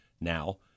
now